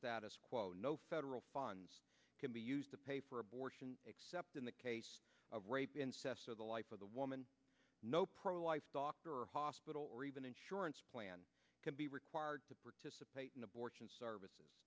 status quo no federal funds can be used to pay for abortion except in the case of rape incest or the life of the woman no pro life doctor or hospital or even insurance plan can be required to participate in abortion services